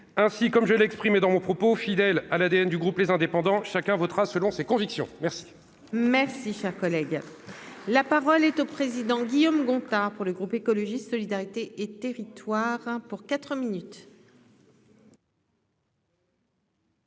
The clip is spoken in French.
ainsi comme je l'ai exprimé dans mon propos, fidèle à l'ADN du groupe, les indépendants, chacun votera selon ses convictions, merci. Merci, cher collègue, la parole est au président Guillaume. Tant pour le groupe écologiste solidarité et territoires pour 4 minutes.